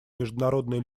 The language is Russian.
международной